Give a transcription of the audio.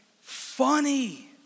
funny